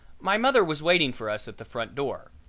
my mother was waiting for us at the front door.